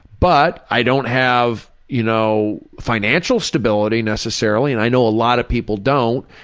but, i don't have, you know, financial stability necessarily, and i know a lot of people don't,